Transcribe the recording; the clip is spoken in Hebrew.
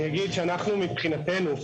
אני אגיד שאנחנו מבחינתנו,